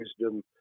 wisdom